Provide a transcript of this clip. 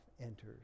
enters